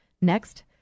Next